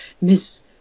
Miss